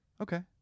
Okay